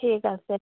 ঠিক আছে